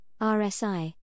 RSI